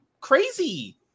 crazy